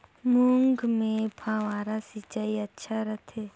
मूंग मे फव्वारा सिंचाई अच्छा रथे?